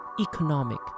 economic